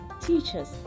teachers